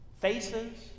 Faces